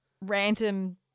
random